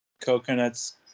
coconuts